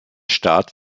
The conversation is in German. staat